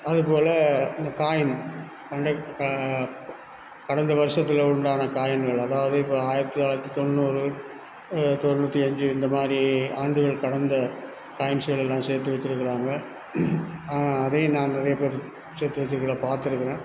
அதுபோல் அந்த காயின் பண்டை கடந்த வருஷத்தில் உண்டான காயின்கள் அதாவது இப்போ ஆயிரத்தி தொளாயிரத்தி தொண்ணூறு தொண்ணூற்றி அஞ்சு இந்தமாதிரி ஆண்டுகள் கடந்த காயின்ஸுகளெல்லாம் சேர்த்து வைச்சிருக்குறாங்க அதையும் நான் நிறைய பேர் சேர்த்து வைச்சிருக்கிறத பாத்திருக்குறேன்